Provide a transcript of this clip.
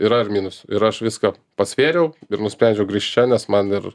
yra ir minusų ir aš viską pasvėriau ir nusprendžiau grįžt čia nes man ir